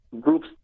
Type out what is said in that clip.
groups